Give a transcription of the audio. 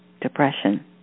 depression